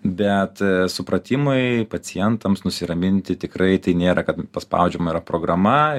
bet supratimui pacientams nusiraminti tikrai tai nėra kad paspaudžiama yra programa